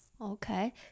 Okay